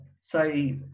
say